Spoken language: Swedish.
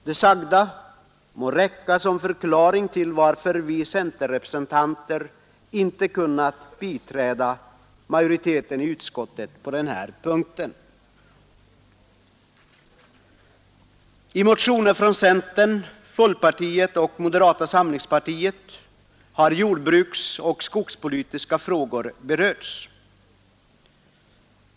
Det sagda må räcka som förklaring till att vi centerrepresentanter inte kunnat biträda majoriteten i utskottet på den här punkten. I motioner från centern, folkpartiet och moderata samlingspartiet har jordbruksoch skogsbrukspolitiska frågor berörts.